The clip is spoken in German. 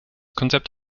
konzept